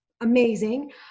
amazing